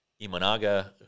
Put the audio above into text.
Imanaga